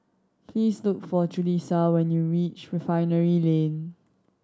please look for Julisa when you reach Refinery Lane